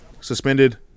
suspended